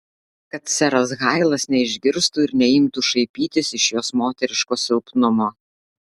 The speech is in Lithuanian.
kad seras hailas neišgirstų ir neimtų šaipytis iš jos moteriško silpnumo